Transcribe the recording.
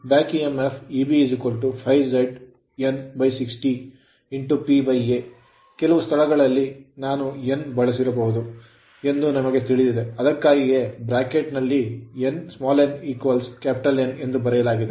back emf back EMF Eb ∅Zn 60 PA ಕೆಲವು ಸ್ಥಳಗಳಲ್ಲಿ ನಾನು N ಬಳಸಿರಬಹುದು ಎಂದು ನಮಗೆ ತಿಳಿದಿದೆ ಅದಕ್ಕಾಗಿಯೇ bracket ಬ್ರಾಕೆಟ್ ನಲ್ಲಿ ಅದನ್ನು n N ಎಂದು ಬರೆಯಲಾಗಿದೆ